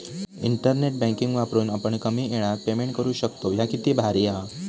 internet banking वापरून आपण कमी येळात पेमेंट करू शकतव, ह्या किती भारी हां